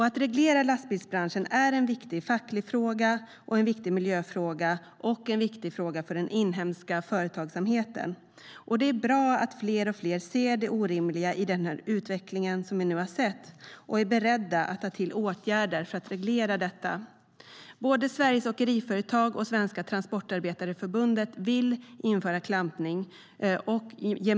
Att reglera lastbilsbranschen är en viktig facklig fråga, en viktig miljöfråga och en viktig fråga för den inhemska företagsamheten. Det är bra att fler och fler ser det orimliga i den utveckling som vi nu har sett och är beredda att ta till åtgärder för att reglera detta. Både Sveriges Åkeriföretag och Svenska Transportarbetareförbundet vill införa klampning.